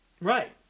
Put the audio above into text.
Right